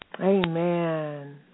Amen